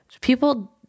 People